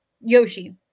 Yoshi